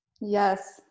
Yes